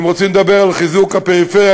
אם רוצים לדבר על חיזוק הפריפריה,